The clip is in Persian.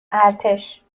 ارتش